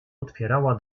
otwierała